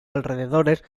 alrededores